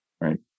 right